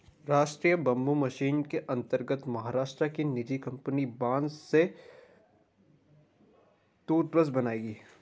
राष्ट्रीय bamboo mission के अंतर्गत महाराष्ट्र की निजी कंपनी बांस से टूथब्रश बनाएगी